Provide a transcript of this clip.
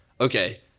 Okay